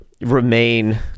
remain